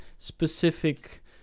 specific